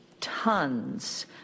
tons